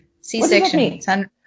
c-section